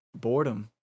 boredom